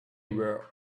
were